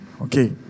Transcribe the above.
Okay